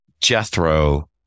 Jethro